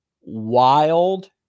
wild